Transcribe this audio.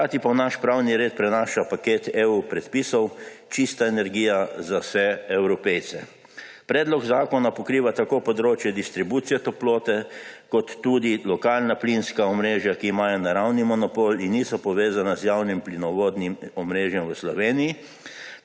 hkrati pa v naš pravni red prenaša paket EU predpisov Čista energija za vse Evropejce. Predlog zakona pokriva tako področje distribucije toplote kot tudi lokalna plinska omrežja, ki imajo naravni monopol in niso povezana z javnim plinovodnim omrežjem v Sloveniji